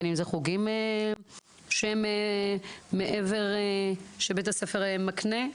בין אם זה חוגים שהם מעבר שבית הספר מקנה,